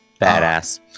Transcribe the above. Badass